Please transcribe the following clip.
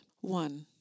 One